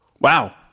wow